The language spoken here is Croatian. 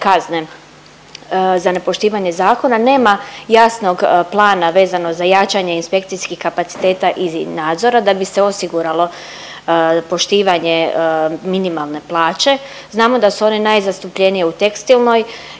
za nepoštivanje zakona nema jasnog plana vezano za jačanje inspekcijskih kapaciteta i nadzora da bi se osiguralo poštivanje minimalne plaće. Znamo da su one najzastupljenije u tekstilnoj